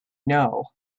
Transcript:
know